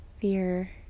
fear